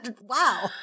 wow